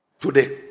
Today